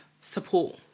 support